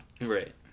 Right